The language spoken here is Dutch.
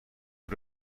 een